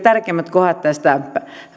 tärkeimmät kohdat tästä